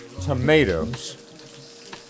tomatoes